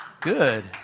Good